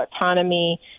autonomy